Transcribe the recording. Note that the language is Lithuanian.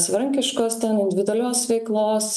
savarankiškos ten individualios veiklos